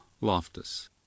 Loftus